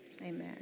amen